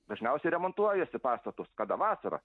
dažniausiai remontuojasi pastatus kada vasarą